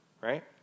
right